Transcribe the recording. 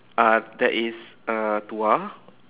uh that is uh Tuah